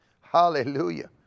Hallelujah